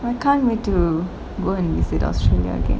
I can't wait to go and visit australia again